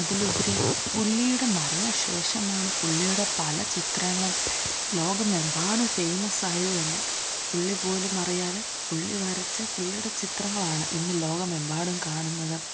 അതിലുപരി പുള്ളിയുടെ മരണശേഷമാണ് പുള്ളിയുടെ പല ചിത്രങ്ങളും ലോകമെമ്പാടും ഫേമസ്സായതു തന്നെ പുള്ളി പോലും അറിയാതെ പുള്ളി വരച്ച പുള്ളിയുടെ ചിത്രങ്ങളാണ് ഇന്നു ലോകമെമ്പാടും കാണുന്നത്